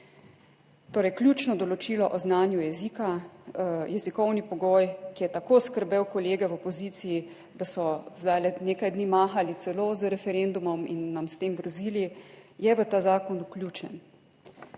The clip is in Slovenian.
Torej ključno določilo o znanju jezika, jezikovni pogoj, ki je tako skrbel kolege v opoziciji, da so zdajle nekaj dni mahali celo z referendumom in nam s tem grozili, je v ta zakon vključen.